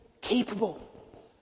capable